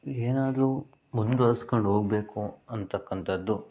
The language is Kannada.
ಏನಾದರೂ ಮುಂದುವರ್ಸ್ಕೊಂಡು ಹೋಗ್ಬೇಕು ಅನ್ನತಕ್ಕಂಥದ್ದು